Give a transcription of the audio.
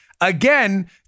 again